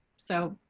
so,